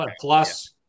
Plus